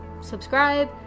subscribe